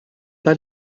pas